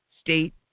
state